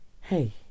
hey